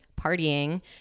partying